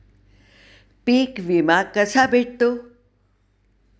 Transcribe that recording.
पीक विमा कसा भेटतो?